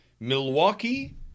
Milwaukee